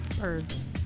Birds